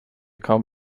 kaum